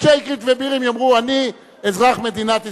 אנשי אקרית ובירעם יאמרו: אני אזרח מדינת ישראל,